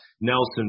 Nelson